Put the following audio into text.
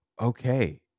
okay